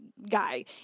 Guy